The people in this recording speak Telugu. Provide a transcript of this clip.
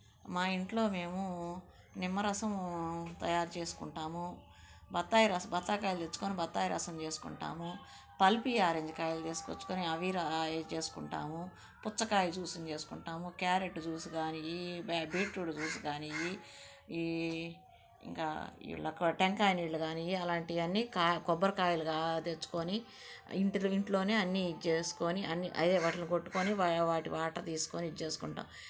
మా ఇంట్లో మేము నిమ్మరసము తయారు చేసుకుంటాము బత్తాయి రసం బత్తాయి కాయలు తెచ్చుకొని బత్తాయి రసం చేసుకుంటాము పల్పి ఆరెంజ్ కాయలు తీసుకొని అవి చేసుకుంటాము పుచ్చకాయ జ్యూస్ను చేసుకుంటాము క్యారెట్ జ్యూస్ కానీ ఏ బీట్రూట్ జ్యూస్ కానీ ఈ ఇంకా ఈ టెంకాయ నీళ్ళు కానీ అలాంటివన్నీ కాయ కొబ్బరికాయలు తెచ్చుకొని ఇంటి ఇంట్లోనే అన్ని చేసుకొని అన్ని అదే వాటిలని కొట్టుకొని వాటి వాటర్ తీసుకొని ఇది చేస్తుంటాము